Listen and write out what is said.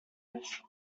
have